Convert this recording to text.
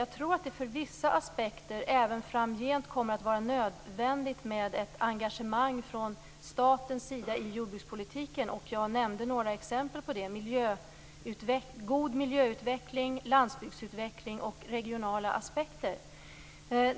Jag tror att det för vissa aspekter även framgent kommer att vara nödvändigt med ett engagemang från statens sida i jordbrukspolitiken. Jag nämnde också några exempel på det: god miljöutveckling, landsbygdsutveckling och regionala aspekter.